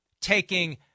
taking